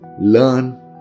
learn